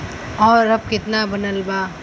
और अब कितना बनल बा?